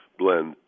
blend